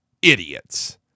Idiots